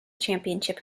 championship